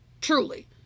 Truly